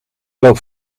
loop